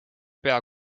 pea